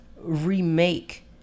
remake